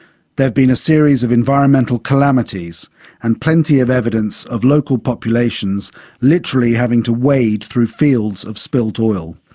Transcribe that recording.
there have been a series of environmental calamities and plenty of evidence of local populations literally having to wade through fields of spilt oil.